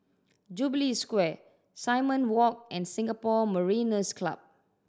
Jubilee Square Simon Walk and Singapore Mariners' Club